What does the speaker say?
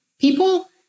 people